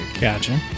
Gotcha